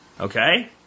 Okay